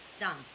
stunt